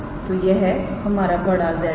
तो यह हमारा बड़ा Z है